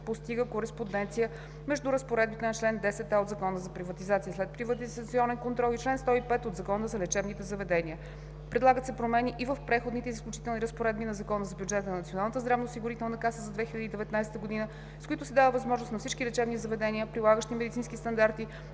постига кореспонденция между разпоредбите на чл. 10а от Закона за приватизация и следприватизационен контрол и чл. 105 от Закона за лечебните заведения. Предлагат се промени и в преходните и заключителните разпоредби на Закона за бюджета на Националната здравноосигурителна каса за 2019 г., с които се дава възможност на всички лечебни заведения, прилагащи медицински стандарти,